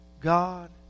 God